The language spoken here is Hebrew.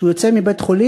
כשהוא יוצא מבית-החולים,